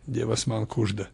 dievas man kužda